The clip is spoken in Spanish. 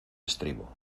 estribo